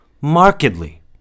markedly